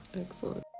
Excellent